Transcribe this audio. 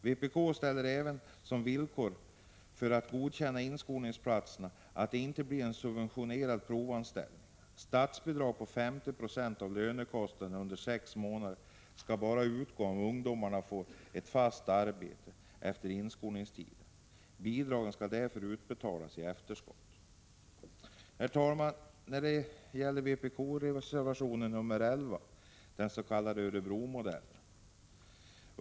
Vpk ställer även som villkor för att godkänna förslaget om inskolningsplatser att dessa inte blir detsamma som subventionerade provanställningar. Statsbidrag på 50 Z av lönekostnaderna under sex månader bör enligt vår mening utgå endast om ungdomarna får ett fast arbete efter inskolningstiden. Bidragen bör därför utbetalas i efterskott. Herr talman! Vpk-reservationen nr 11 handlar om den s.k. Örebromodellen.